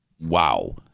Wow